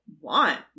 want